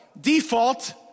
default